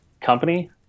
company